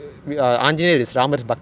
ya